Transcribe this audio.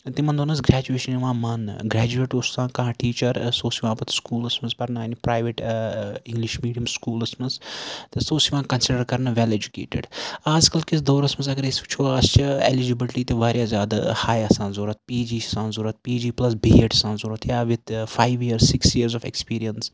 تِمن دۄہن ٲس گریجویشن یِوان ماننہٕ گریجویٹ اوس آسان کانہہ ٹیٖچر سُہ اوس یِوان پَتہٕ سکوٗلس منٛز پَرناینہِ پرایویٹ اِنگلِش میٖڈیم سکوٗلَس منٛز تہٕ سُہ اوس یِوان کَنسِڈر کرنہٕ ویل ایجُکیٹِڈ آز کل کِس دورَس منٛز اَگر أسۍ وٕچھو اَسہِ چھِ ایلِجِبِلٹی تہِ واریاہ زیادٕ ہاے آسان ضوٚرتھ پی جی چھِ آسان ضوٚرتھ P G plus B Ed چھ آسان ضوٚرتھ یا وِتھ فایو یِیر سِکِس یِیرٲرٕس آف اٮ۪کٕسپیٖرینٕس